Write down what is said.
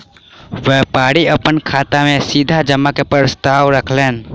व्यापारी अपन खाता में सीधा जमा के प्रस्ताव रखलैन